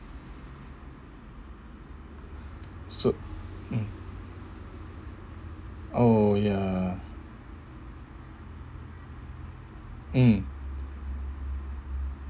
so mm oh ya mm